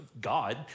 God